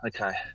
Okay